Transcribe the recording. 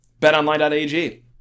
BetOnline.ag